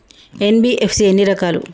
NBFC ఎన్ని రకాలు?